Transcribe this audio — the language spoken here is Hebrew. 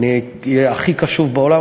אהיה הכי קשוב בעולם,